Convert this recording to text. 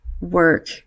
work